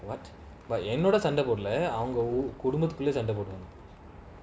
what என்னோடசண்டைபோடலஅவங்ககுடும்பத்துலசண்டைபோடுவாங்க:ennoda sanda podala avanga kudumbathula sanda poduvanga